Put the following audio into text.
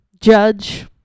Judge